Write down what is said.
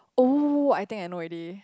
oh I think I know already